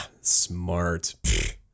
smart